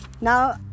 Now